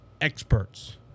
experts